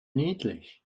niedlich